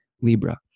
Libra